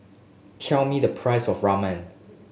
tell me the price of Ramen